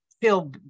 feel